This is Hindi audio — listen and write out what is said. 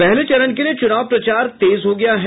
पहले चरण के लिये चूनाव प्रचार तेज हो गया है